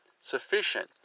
sufficient